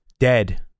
dead